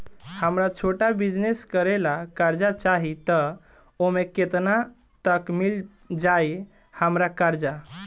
हमरा छोटा बिजनेस करे ला कर्जा चाहि त ओमे केतना तक मिल जायी हमरा कर्जा?